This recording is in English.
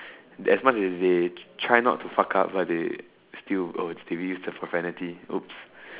as much as they try not to fuck up but they still oh did we use the profanity !oops!